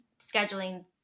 scheduling